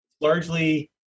largely